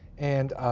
and